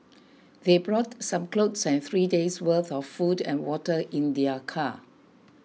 they brought some clothes and three days worth of food and water in their car